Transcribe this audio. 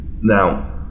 Now